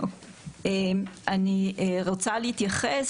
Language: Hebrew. אני רוצה להתייחס,